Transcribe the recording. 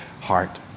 heart